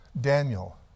Daniel